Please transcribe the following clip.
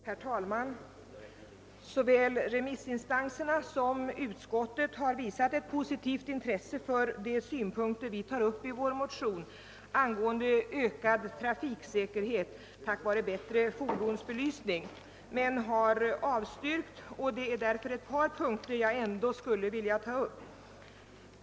Herr talman! Såväl remissinstanserna som utskottet har visat ett positivt intresse för de synpunkter vi tar upp i vår motion angående ökad trafiksäkerhet genom bättre fordonsbelysning men har ändå avstyrkt. Därför skulle jag vilja beröra ett par punkter.